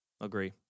agree